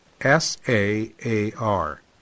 S-A-A-R